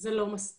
זה לא מספיק.